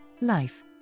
life